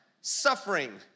Suffering